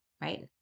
right